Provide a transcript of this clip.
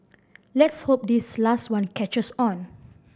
let's hope this last one catches on